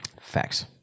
Facts